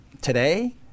today